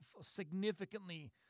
significantly